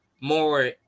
more